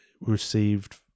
received